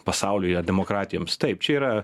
pasaulyje demokratijoms taip čia yra